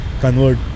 convert